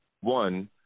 one